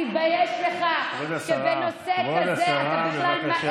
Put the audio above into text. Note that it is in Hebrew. תעבירי את המנדט.